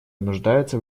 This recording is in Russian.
нуждается